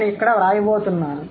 నేను ఇక్కడ వ్రాయబోతున్నాను